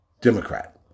Democrat